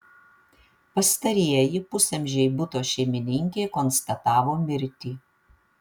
pastarieji pusamžei buto šeimininkei konstatavo mirtį